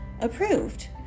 approved